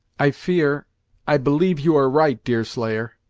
i fear i believe you are right, deerslayer,